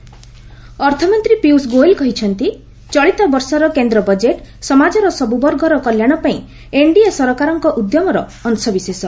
ଗୋଏଲ୍ ଏୟାର ଇଣ୍ଟରଭିଉ ଅର୍ଥମନ୍ତ୍ରୀ ପିୟୁଷ ଗୋଏଲ୍ କହିଛନ୍ତି ଚଳିତବର୍ଷର କେନ୍ଦ୍ର ବଜେଟ୍ ସମାଜର ସବୁ ବର୍ଗର କଲ୍ୟାଣ ପାଇଁ ଏନ୍ଡିଏ ସରକାରଙ୍କ ଉଦ୍ୟମର ଅଂଶବିଶେଷ